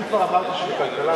אני כבר אמרתי שבכלכלה,